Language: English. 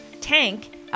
Tank